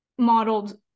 modeled